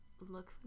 look